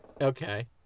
Okay